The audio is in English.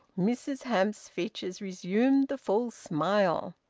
mrs hamps's features resumed the full smile.